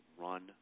run